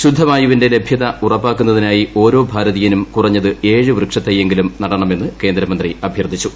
ശുദ്ധവായുവിന്റെ ലഭൃത ഉറപ്പാക്കുന്നതിനായിഓരോ ഭാരതീയനും കുറഞ്ഞത് ഏഴുവൃക്ഷത്തൈയെങ്കിലും നടണമെന്ന് കേന്ദ്രമന്ത്രി അഭ്യർത്ഥിച്ചു